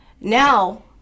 Now